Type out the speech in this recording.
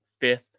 fifth